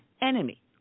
enemy